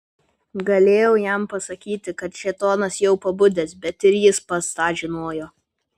galėjau jam pasakyti kad šėtonas jau pabudęs bet ir jis pats tą žinojo